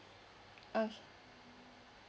okay